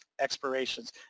expirations